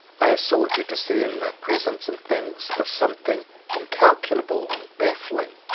i have sought to discern the presence in things, of something incalcul able and baffling,